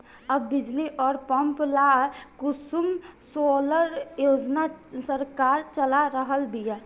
अब बिजली अउर पंप ला कुसुम सोलर योजना सरकार चला रहल बिया